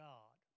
God